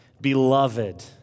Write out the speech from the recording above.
Beloved